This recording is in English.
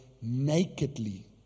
nakedly